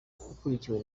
akurikiwe